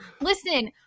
listen